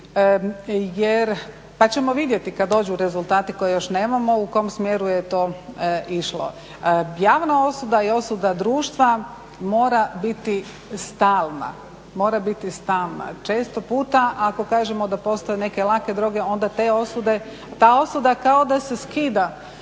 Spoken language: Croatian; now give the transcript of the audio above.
pa ćemo vidjeti kada dođu rezultati koje još nemamo u kom smjeru je to išlo. Javna osuda je osuda društva, mora biti stalna. Četo puta ako kažemo da postoje neke lake droge onda ta osuda kao da se skida